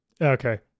Okay